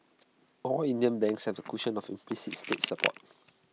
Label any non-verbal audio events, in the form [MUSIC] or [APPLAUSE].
all Indian banks have the cushion of implicit state support [NOISE]